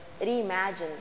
reimagine